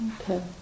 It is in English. Okay